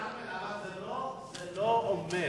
אבל זה לא אומר